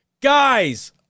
guys